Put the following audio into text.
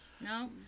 No